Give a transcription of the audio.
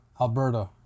Alberta